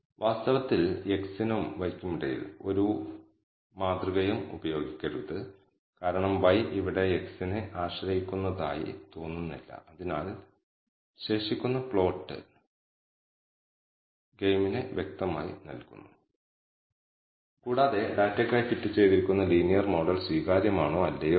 അതിനാൽ β0 നുള്ള confidence interval ഈ പ്രത്യേക ഇന്റർവെൽൽ 0 ഉൾപ്പെടുന്നുവെങ്കിൽ ഇന്റർസെപ്റ്റ് പദം നിസ്സാരമാണെന്ന് നമ്മൾ പറയും അല്ലാത്തപക്ഷം ഇന്റർസെപ്റ്റ് പദം നിസ്സാരമാണെന്നും മോഡലിൽ നിലനിർത്തണമെന്നും നമ്മൾ പറയും